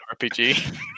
RPG